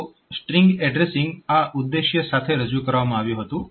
તો string addressing આ ઉદ્દેશ્ય સાથે રજૂ કરવામાં આવ્યું હતું